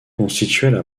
constituaient